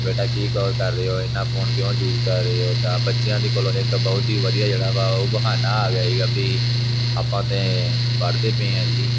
ਬੇਟਾ ਕੀ ਕੁਝ ਕਰ ਰਹੇ ਹੋ ਇੰਨਾ ਫੋਨ ਕਿਉਂ ਜੂਸ ਕਰ ਰਹੇ ਹੋ ਤਾਂ ਬੱਚਿਆਂ ਦੇ ਕੋਲੋਂ ਇੱਕ ਬਹੁਤ ਹੀ ਵਧੀਆ ਜਿਹੜਾ ਵਾ ਉਹ ਬਹਾਨਾ ਆ ਗਿਆ ਸੀਗਾ ਵੀ ਆਪਾਂ ਤਾਂ ਪੜ੍ਹਦੇ ਪਏ ਹਾਂ ਜੀ